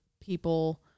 people